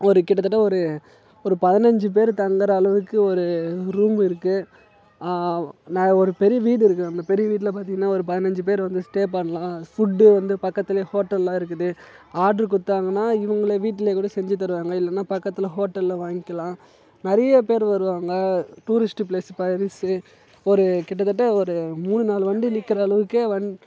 ஒரு கிட்டத்தட்ட ஒரு பதனஞ்சு பேர் தங்குற அளவுக்கு ஒரு ஒரு ரூமு இருக்கு நான் ஒரு பெரிய வீடு இருக்கு அந்த பெரிய வீட்டில் பார்த்திங்கன்னா ஒரு பதனஞ்சு பேர் வந்து ஸ்டே பண்ணலாம் ஃபுட்டு வந்து பக்கத்துல ஹோட்டல்லாம் இருக்குது ஆர்ட்ரு கொடுத்தாங்கன்னா இவங்களே வீட்ல கூட செஞ்சு தருவாங்க இல்லைனா பக்கத்தில் ஹோட்டலில் வாங்கிக்கலாம் நிறைய பேர் வருவாங்க டூரிஸ்டு பிளேஸு பாரிஸு ஒரு கிட்டத்தட்ட ஒரு மூணு நாலு வண்டி நிற்கிற அளவுக்கே வன்